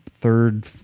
third